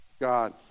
God